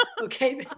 okay